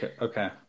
Okay